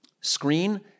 screen